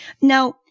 Now